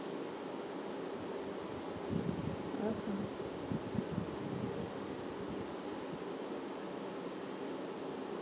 welcome